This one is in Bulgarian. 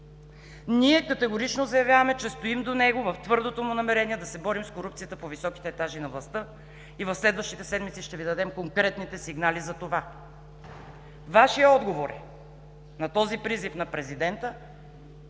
Ние категорично заявяваме, че стоим до него в твърдото му намерение да се борим с корупцията по високите етажи на властта и в следващите седмици ще Ви дадем конкретните сигнали за това. Вашият отговор на призива на президента